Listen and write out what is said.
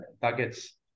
targets